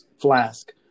flask